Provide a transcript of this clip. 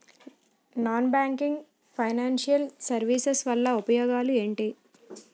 Non banking financial services వల్ల ఉపయోగాలు ఎంటి?